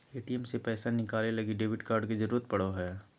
ATM से पैसा निकाले लगी डेबिट कार्ड के जरूरत पड़ो हय